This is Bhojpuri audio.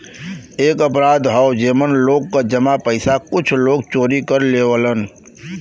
एक अपराध हौ जेमन लोग क जमा पइसा कुछ लोग चोरी कर लेवलन